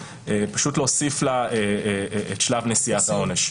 פשוט להוסיף לה את שלב נשיאת העונש.